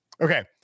Okay